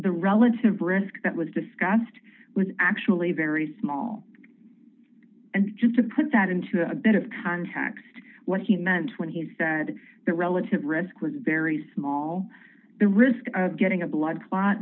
the relative risk that was discussed was actually very small and just to put that into a bit of context what he meant when he said the relative risk was very small the risk of getting a blood clot